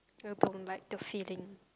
they don't like the feeding